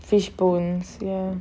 fish bones ya